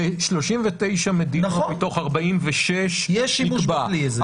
ב-39 מדינות מתוך ה-46 יש שימוש בכלי הזה.